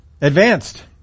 advanced